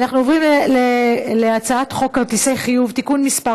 אנחנו עוברים להצעת חוק כרטיסי חיוב (תיקון מס'